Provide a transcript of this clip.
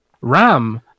ram